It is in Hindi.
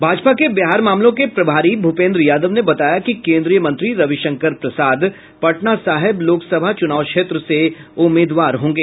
भाजपा के बिहार मामलों के प्रभारी भूपेन्द्र यादव ने बताया कि केन्द्रीय मंत्री रविशंकर प्रसाद पटना साहिब लोकसभा चुनाव क्षेत्र से उम्मीदवार होंगे